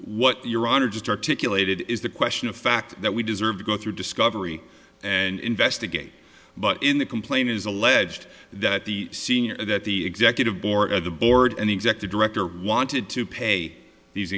what your honor just articulated is the question of fact that we deserve to go through discovery and investigate but in the complaint is alleged that the senior that the executive board of the board and executive director wanted to pay these